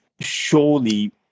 Surely